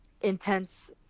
intense